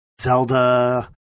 Zelda